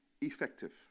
effective